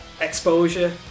exposure